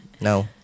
No